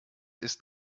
ist